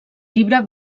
llibre